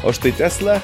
o štai tesla